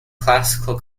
classical